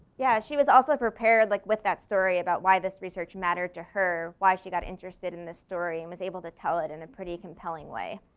yeah, she was also prepared like with that story about why this research mattered to her, why she got interested in this story and was able to tell it in a pretty compelling way.